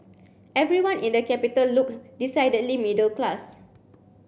everyone in the capital looked decidedly middle class